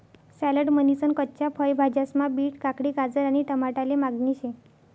salad म्हनीसन कच्च्या फय भाज्यास्मा बीट, काकडी, गाजर आणि टमाटाले मागणी शे